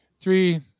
three